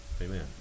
Amen